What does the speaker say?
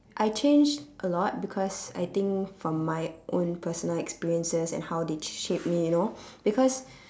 I changed a lot because I think from my own personal experiences and how they shape me you know because